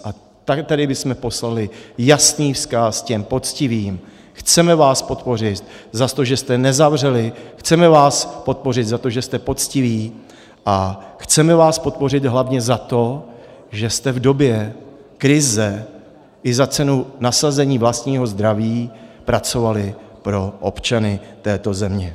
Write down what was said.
A tady bychom poslali jasný vzkaz těm poctivým: chceme vás podpořit za to, že jste nezavřeli, chceme vás podpořit za to, že jste poctiví, a chceme vás podpořit hlavně za to, že jste v době krize i za cenu nasazení vlastního zdraví pracovali pro občany této země.